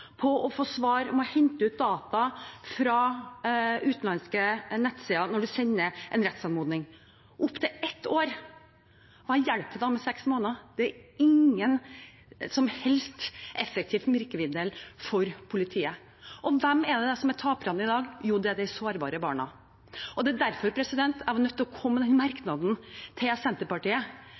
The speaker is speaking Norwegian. på svar om å hente ut data fra utenlandske nettsider når man sender en rettsanmodning. Opptil ett år – hva hjelper det da med seks måneder? Det er ikke noe effektivt virkemiddel for politiet. Hvem er taperne i dag? Jo, det er de sårbare barna. Det er derfor jeg var nødt til å komme med den merknaden til Senterpartiet,